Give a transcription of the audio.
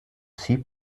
six